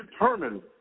determined